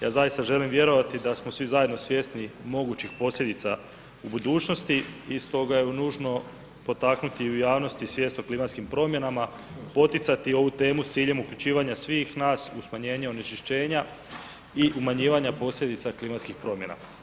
Ja zaista želim vjerovati da smo svi zajedno svjesni mogućih posljedica u budućnosti i stoga je nužno potaknuti i u javnosti svijest o klimatskim promjenama, poticati ovu temu s ciljem uključivanja svih nas u smanjenje onečišćenja i umanjivanja posljedica klimatskih promjena.